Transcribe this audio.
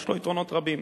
יש לו יתרונות רבים.